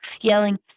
yelling